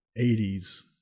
80s